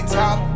top